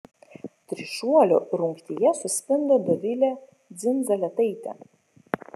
trišuolio rungtyje suspindo dovilė dzindzaletaitė